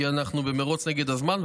כי אנחנו במרוץ נגד הזמן.